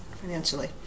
financially